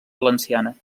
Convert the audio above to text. valenciana